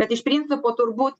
bet iš principo turbūt